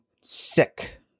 sick